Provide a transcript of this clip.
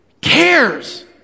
cares